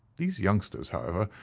these youngsters, however,